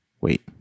Wait